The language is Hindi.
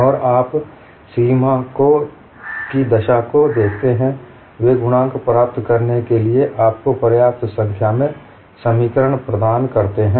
और आप सीमा की दशा को देखते हैं वे गुणांक प्राप्त करने के लिए आपको पर्याप्त संख्या में समीकरण प्रदान करते हैं